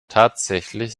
tatsächlich